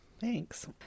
Thanks